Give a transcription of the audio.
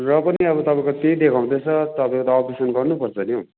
र पनि अब तपाईँको त्यही देखाउँदैछ तपाईँको त अपरेसन गर्नुपर्छ नि हौ